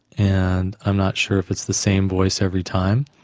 and i'm not sure if it's the same voice every time.